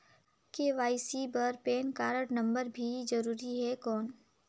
KYC बर PAN card number भी जरूरी हे कौन?